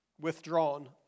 withdrawn